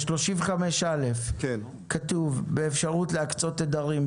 ב-35(א) כתוב: באפשרות להקצות תדרים,